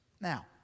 Now